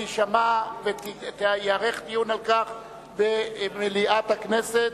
יישמעו וייערך דיון על כך במליאת הכנסת,